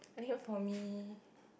what did you get for me